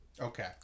Okay